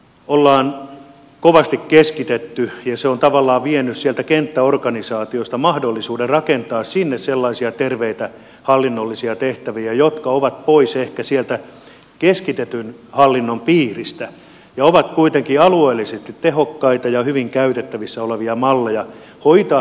on kovasti keskitetty ja se on tavallaan vienyt sieltä kenttäorganisaatiosta mahdollisuuden rakentaa sinne sellaisia terveitä hallinnollisia tehtäviä jotka ovat pois ehkä sieltä keskitetyn hallinnon piiristä ja ovat kuitenkin alueellisesti tehokkaita ja hyvin käytettävissä olevia malleja hoitaa tätä senioripolkua